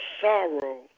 sorrow